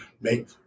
make